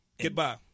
Goodbye